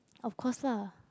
of course lah